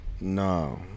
No